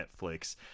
Netflix